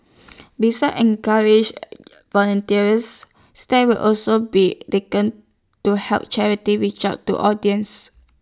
besides encourage volunteers step will also be taken to help charity reach out to audience